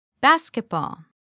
Basketball